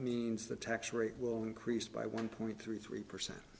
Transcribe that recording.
means the tax rate will increase by one point three three percent